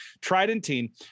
Tridentine